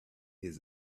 his